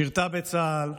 שירתה בצה"ל,